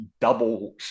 double